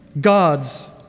gods